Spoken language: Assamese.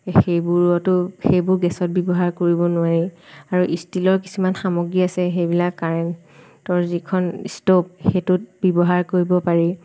সেইবোৰতো সেইবোৰ গেছত ব্যৱহাৰ কৰিব নোৱাৰি আৰু ষ্টিলৰ কিছুমান সামগ্ৰী আছে সেইবিলাক কাৰেণ্টৰ যিখন ষ্ট'ভ সেইটোত ব্যৱহাৰ কৰিব পাৰি